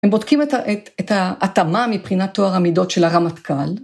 ‫הם בודקים את ההתאמה ‫מבחינת תואר המידות של הרמטכ"ל.